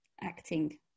acting